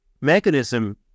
mechanism